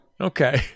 Okay